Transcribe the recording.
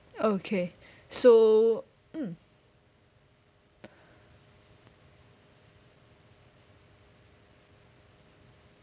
okay so mm